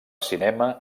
cinema